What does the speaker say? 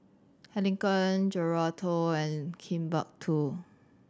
Heinekein Geraldton and Timbuk Two